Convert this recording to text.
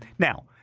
now,